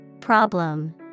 Problem